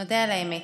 נודה על האמת,